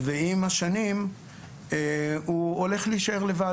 ועם השנים הוא הולך להישאר לבד.